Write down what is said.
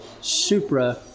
supra